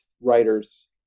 writers